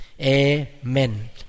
Amen